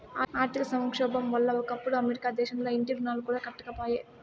ఆర్థిక సంక్షోబం వల్ల ఒకప్పుడు అమెరికా దేశంల ఇంటి రుణాలు కూడా కట్టకపాయే